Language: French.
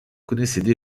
connaissaient